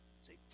say